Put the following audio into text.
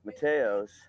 Mateos